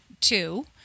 two